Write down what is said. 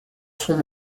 sont